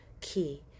key